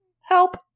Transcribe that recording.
help